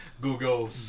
Google